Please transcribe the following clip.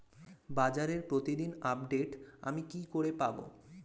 বাজারের প্রতিদিন আপডেট আমি কি করে পাবো?